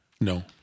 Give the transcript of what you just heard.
No